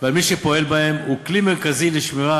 ועל מי שפועל בהם הוא כלי מרכזי לשמירה